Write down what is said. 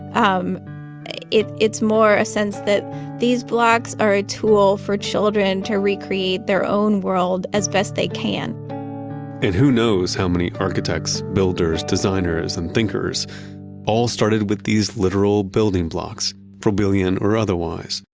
um it's more a sense that these blocks are a tool for children to recreate their own world as best they can and who knows how many architects, builders, designers, and thinkers all started with these literal building blocks, froebelian or otherwise,